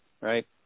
right